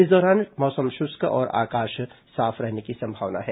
इस दौरान मौसम शुष्क और आकाश साफ रहने की संभावना है